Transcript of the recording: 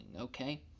okay